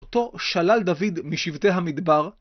אותו שלל דוד משבטי המדבר.